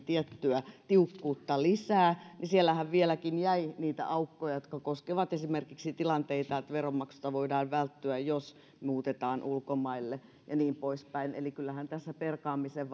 tiettyä tiukkuutta lisää niin sinnehän vieläkin jäi aukkoja jotka koskevat esimerkiksi tilanteita joilla veronmaksulta voidaan välttyä jos muutetaan ulkomaille ja niin poispäin eli kyllähän tässä perkaamisen